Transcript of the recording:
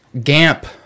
Gamp